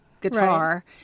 guitar